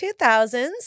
2000s